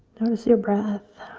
notice your breath,